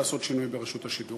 לעשות שינוי ברשות השידור.